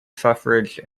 suffrage